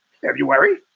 February